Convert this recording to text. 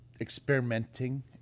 experimenting